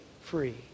free